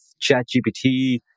ChatGPT